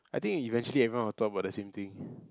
I think eventually everyone will talk about the same thing